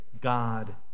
God